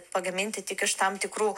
pagaminti tik iš tam tikrų